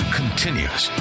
continues